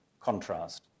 contrast